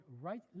right